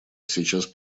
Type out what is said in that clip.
сейчас